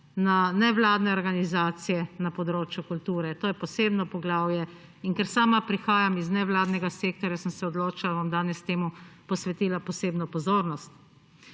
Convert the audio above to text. na nevladne organizacije na področju kulture. To je posebno poglavje. Ker sama prihajam iz nevladnega sektorja, sem se odločila, da bom temu posvetila posebno pozornost.